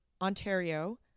Ontario